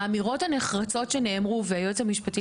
האמירות הנחרצות שנאמרו והייעוץ המשפטי